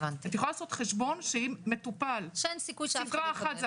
את יכולה לעשות חשבון שאם מטופל צריך סדרה אחת,